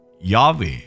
Yahweh